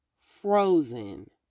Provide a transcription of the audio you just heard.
frozen